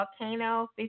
Volcano